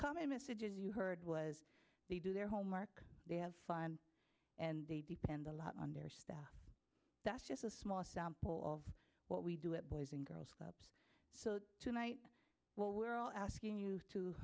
common message as you heard was they do their homework they have fun and they depend a lot on their stuff that's just a small sample of what we do it boys and girls so tonight well we're all asking you to